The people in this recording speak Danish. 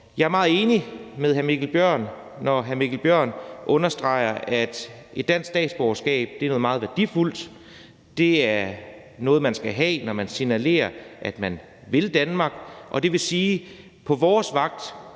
Jeg er meget enig med hr. Mikkel Bjørn, når hr. Mikkel Bjørn understreger, at et dansk statsborgerskab er noget meget værdifuldt. Det er noget, man skal have, når man signalerer, at man vil Danmark, og det vil sige, at på vores vagt